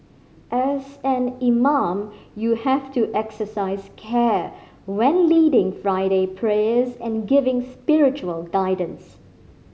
as an imam you have to exercise care when leading Friday prayers and giving spiritual guidance